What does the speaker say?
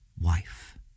wife